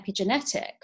epigenetics